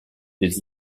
des